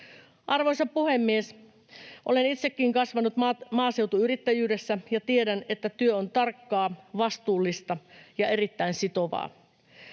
Arvoisa puhemies! Olen itsekin kasvanut maaseutuyrittäjyydessä ja tiedän, että työ on tarkkaa, vastuullista ja erittäin sitovaa.